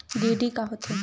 DD का होथे?